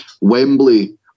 Wembley